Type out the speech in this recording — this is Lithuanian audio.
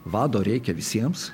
vado reikia visiems